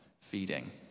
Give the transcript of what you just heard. feeding